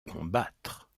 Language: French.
combattre